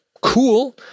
Cool